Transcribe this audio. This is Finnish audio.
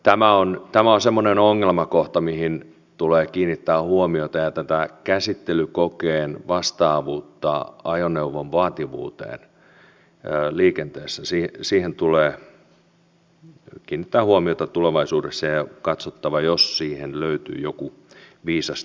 tämä on semmoinen ongelmakohta mihin tulee kiinnittää huomiota ja tähän käsittelykokeen vastaavuuteen ajoneuvon vaativuuteen liikenteessä tulee kiinnittää huomiota tulevaisuudessa ja katsottava jos siihen löytyy joku viisasten kivi